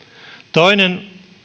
toinen